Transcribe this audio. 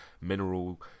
mineral